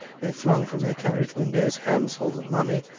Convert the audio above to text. they flung from their carriage windows handfuls of money,